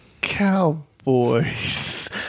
Cowboys